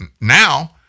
now